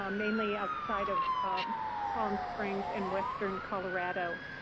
um mainly outside of palm springs and western colorado.